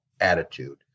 attitude